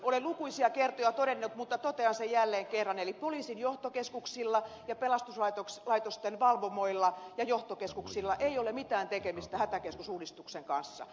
olen lukuisia kertoja todennut mutta totean sen jälleen kerran eli poliisin johtokeskuksilla ja pelastuslaitosten valvomoilla ja johtokeskuksilla ei ole mitään tekemistä hätäkeskusuudistuksen kanssa